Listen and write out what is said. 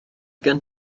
gen